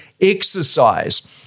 Exercise